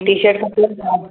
T shirt खपेव छा